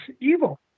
evil